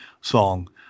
song